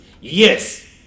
Yes